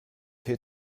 tee